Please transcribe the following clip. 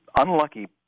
unlucky